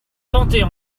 tenter